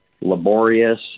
laborious